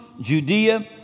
Judea